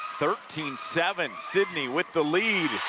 thirteen seven. sidney with the lead.